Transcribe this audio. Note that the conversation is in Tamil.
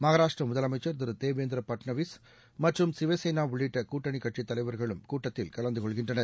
மகாராஷ்டிரா முதலமைச்சர் திரு தேவேந்திர ஃபட்னாவிஸ் மற்றும் சிவசேனா உள்ளிட்ட கூட்டணி கட்சித் தலைவர்களும் கூட்டத்தில் கலந்து கொள்கின்றனர்